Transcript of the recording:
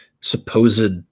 supposed